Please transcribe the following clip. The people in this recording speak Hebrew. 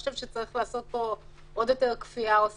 שצריך לעשות פה עוד יותר כפייה או סנקציה.